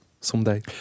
someday